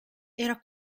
era